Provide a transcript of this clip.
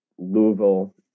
Louisville